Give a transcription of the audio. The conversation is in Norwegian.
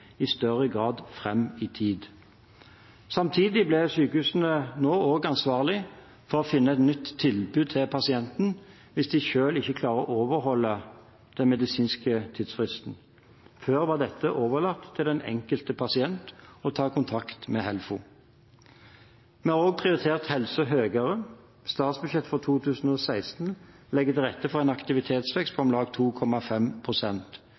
i større grad fram i tid. Samtidig ble sykehusene nå også ansvarlig for å finne et nytt tilbud til pasienten, hvis de selv ikke klarer å overholde den medisinske tidsfristen. Før var det overlatt til den enkelte pasient å ta kontakt med HELFO. Vi har også prioritert helse høyere. Statsbudsjettet for 2016 legger til rette for en aktivitetsvekst på